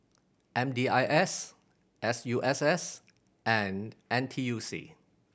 M D I S S U S S and N T U C